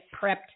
prepped